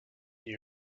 new